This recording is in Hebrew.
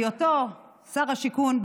בהיות שר השיכון,